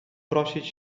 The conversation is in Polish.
prosić